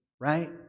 Right